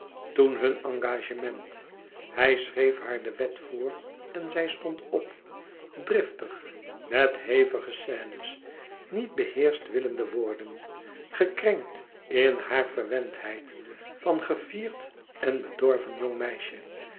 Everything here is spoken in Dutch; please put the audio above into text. toen hun engagement hij schreef haar de wet voor en zij stond op driftig met hevige scène's niet beheerscht willende worden gekrenkt in hare verwendheid van gevierd en bedorven jong meisje